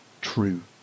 true